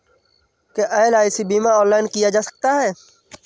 क्या एल.आई.सी बीमा ऑनलाइन किया जा सकता है?